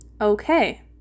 Okay